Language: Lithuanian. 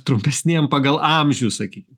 trumpesniem pagal amžių sakykim